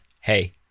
hey